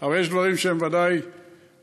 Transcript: אבל יש דברים שהם ודאי רחבים.